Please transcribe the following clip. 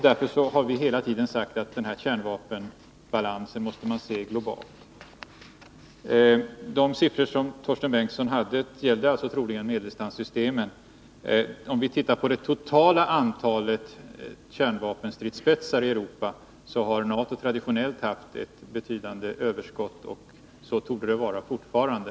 Därför har vi hela tiden sagt att kärnvapenbalansen måste ses globalt. De siffror som Torsten Bengtson nämnde gällde alltså förmodligen medeldistanssystemen. Om vi ser på det totala antalet kärnvapenstridsspetsari Europa har NATO traditionellt haft en betydande övervikt, och så torde det vara fortfarande.